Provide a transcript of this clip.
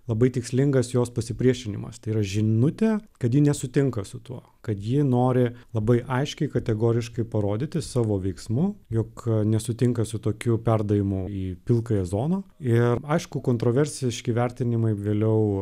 labai tikslingas jos pasipriešinimas tai yra žinutė kad ji nesutinka su tuo kad ji nori labai aiškiai kategoriškai parodyti savo veiksmu jog nesutinka su tokiu perdavimu į pilkąją zoną ir aišku kontroversiški vertinimai vėliau